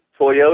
Toyota